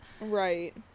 right